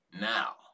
Now